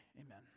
Amen